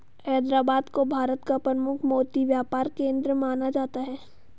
हैदराबाद को भारत का प्रमुख मोती व्यापार केंद्र माना जाता है